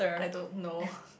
I don't know